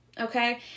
Okay